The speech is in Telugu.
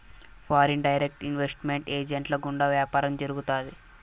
ఫారిన్ డైరెక్ట్ ఇన్వెస్ట్ మెంట్ ఏజెంట్ల గుండా వ్యాపారం జరుగుతాది